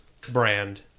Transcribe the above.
brand